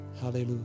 Hallelujah